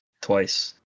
Twice